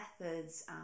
methods